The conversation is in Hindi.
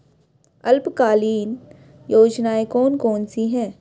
अल्पकालीन योजनाएं कौन कौन सी हैं?